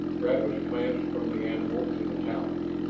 travis glanced from the animals to the towers,